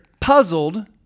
puzzled